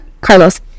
Carlos